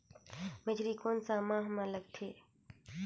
मेझरी कोन सा माह मां लगथे